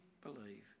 believe